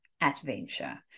adventure